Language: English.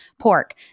pork